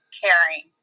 caring